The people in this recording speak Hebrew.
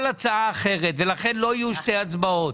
הצעה אחרת ולכן לא יהיו שתי הצבעות,